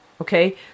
Okay